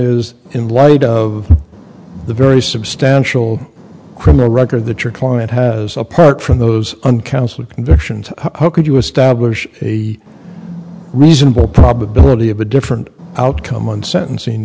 is in light of the very substantial criminal record that your client has apart from those un council convictions how could you establish a reasonable probability of a different outcome on sentencing